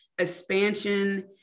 expansion